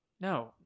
No